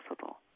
possible